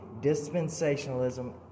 Dispensationalism